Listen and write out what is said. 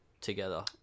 Together